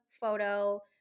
photo